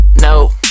no